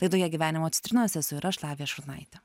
laidoje gyvenimo citrinos esu ir aš lavija šurnaitė